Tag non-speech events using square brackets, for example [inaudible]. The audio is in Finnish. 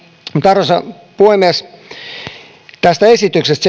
arvoisa puhemies tästä esityksestä [unintelligible]